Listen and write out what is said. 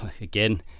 again